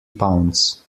pounds